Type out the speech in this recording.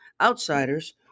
Outsiders